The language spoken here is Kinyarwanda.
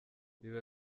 biba